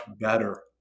better